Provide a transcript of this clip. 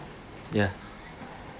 ya